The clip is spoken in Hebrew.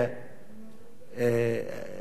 שיש להם יחסים עם ערבים.